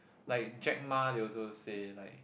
like Jack-Ma they also say like